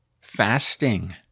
fasting